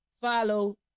follow